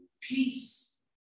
peace